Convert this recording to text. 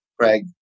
Craig